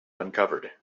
uncovered